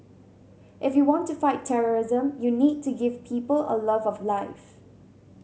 if you want to fight terrorism you need to give people a love of life